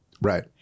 Right